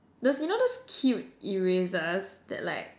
those you know those cute erasers that like